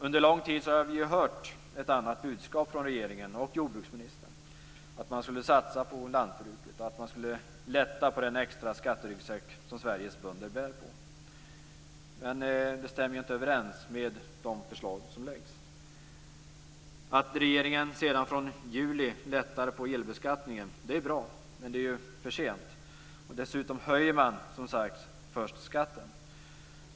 Under lång tid har vi hört ett annat budskap från regeringen och jordbruksministern, nämligen att man skulle satsa på lantbruket och att man skulle lätta på den extra skatteryggsäck som Sveriges bönder bär på. Men det stämmer inte med de förslag som läggs fram. Att regeringen sedan från juli lättar på elbeskattningen är bra, men det är ju för sent, och dessutom höjer man som sagt först skatten.